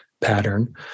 pattern